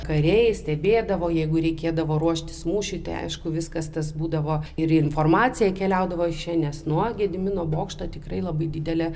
kariai stebėdavo jeigu reikėdavo ruoštis mūšiui tai aišku viskas tas būdavo ir informacija keliaudavo iš čia nes nuo gedimino bokšto tikrai labai didelė